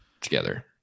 together